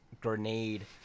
Grenade